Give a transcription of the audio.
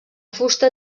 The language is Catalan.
fusta